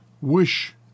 wish